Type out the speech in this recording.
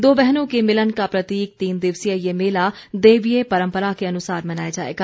दो बहनों के मिलन का प्रतीक तीन दिवसीय ये मेला देवीय परम्परा के अनुसार मनाया जाएगा